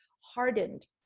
hardened